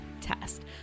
test